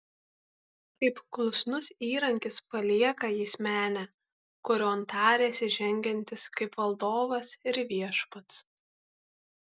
kaip klusnus įrankis palieka jis menę kurion tarėsi žengiantis kaip valdovas ir viešpats